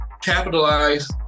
capitalize